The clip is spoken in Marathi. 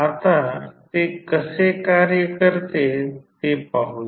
39 आता ते कसे कार्य करते ते आपण पाहूया